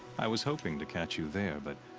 i was hoping to catch you there, but.